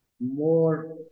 more